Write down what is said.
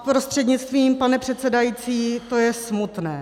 Prostřednictvím, pane předsedající, to je smutné.